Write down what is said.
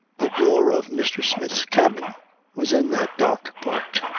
the door of mr. smith's cabin was in that dark part.